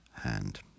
hand